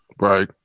Right